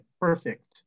perfect